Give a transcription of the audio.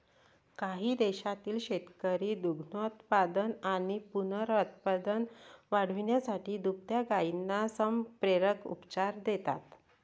काही देशांतील शेतकरी दुग्धोत्पादन आणि पुनरुत्पादन वाढवण्यासाठी दुभत्या गायींना संप्रेरक उपचार देतात